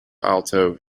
alto